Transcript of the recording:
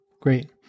Great